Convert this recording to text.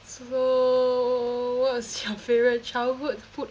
so what was your favourite childhood food